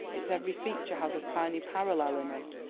its every feature has a tiny parallel in us.